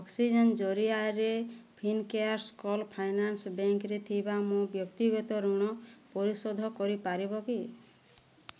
oxygen ଜରିଆରେ Fincare small finance ବ୍ୟାଙ୍କରେ ଥିବା ମୋ ବ୍ୟକ୍ତିଗତ ଋଣ ପରିଶୋଧ କରିପାରିବ କି